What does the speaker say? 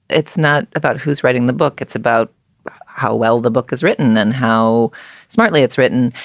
it's not about who's writing the book. it's about how well the book is written and how smartly it's written.